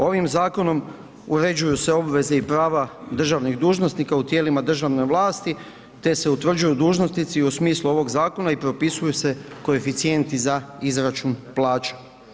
Ovim zakonom uređuju se obveze i prava državnih dužnosnika u tijelima državne vlasti te se utvrđuju dužnosnici u smislu ovog zakona i propisuju se koeficijenti za izračun plaće.